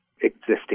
existing